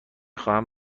خواهم